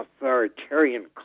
authoritarian